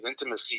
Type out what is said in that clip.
intimacy